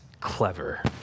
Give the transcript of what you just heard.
clever